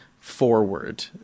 forward